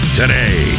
today